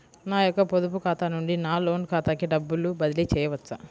నా యొక్క పొదుపు ఖాతా నుండి నా లోన్ ఖాతాకి డబ్బులు బదిలీ చేయవచ్చా?